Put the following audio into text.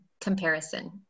comparison